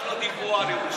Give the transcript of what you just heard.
רק לא דיברו על ירושלים,